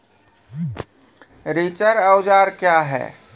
रिचर औजार क्या हैं?